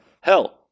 Hell